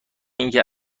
اینکه